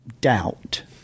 doubt